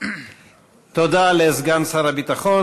תודה לסגן שר הביטחון.